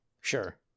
Sure